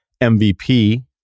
MVP